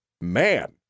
man